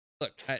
look